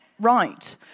right